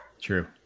True